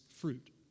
fruit